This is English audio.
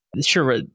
sure